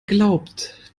glaubt